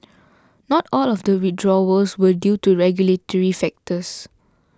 not all of the withdrawals were due to regulatory factors